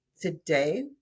Today